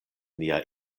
nia